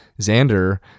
Xander